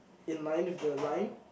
in line with the line